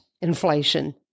inflation